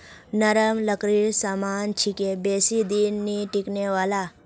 नरम लकड़ीर सामान छिके बेसी दिन नइ टिकने वाला